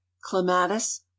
clematis